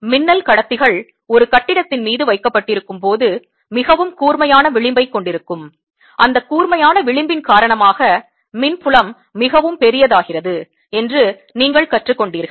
மின்னல் கடத்திகள் ஒரு கட்டிடத்தின் மீது வைக்கப்பட்டிருக்கும் போது மிகவும் கூர்மையான விளிம்பைக் கொண்டிருக்கும் அந்த கூர்மையான விளிம்பின் காரணமாக மின் புலம் மிகவும் பெரியதாகிறது என்று நீங்கள் கற்றுக்கொண்டீர்கள்